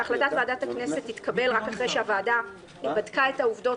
שהחלטת ועדת הכנסת תתקבל רק אחרי שהוועדה בדקה את העובדות